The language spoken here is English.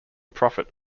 profit